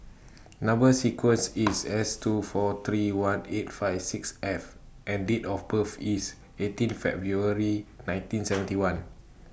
Number sequence IS S two four three one eight five six F and Date of birth IS eighteen February nineteen seventy one